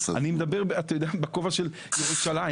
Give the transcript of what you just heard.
אני מדבר בכובע של ירושלים,